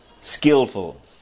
Skillful